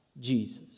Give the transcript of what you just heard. Jesus